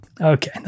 Okay